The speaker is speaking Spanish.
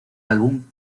álbum